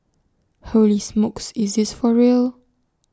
holy smokes is this for real